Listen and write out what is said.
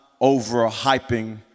over-hyping